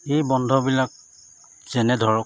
এই বন্ধবিলাক যেনে ধৰক